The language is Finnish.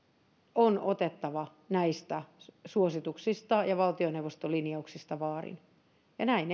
on otettava näistä suosituksista ja valtioneuvoston linjauksista vaarin ja näin